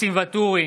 ניסים ואטורי,